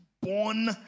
born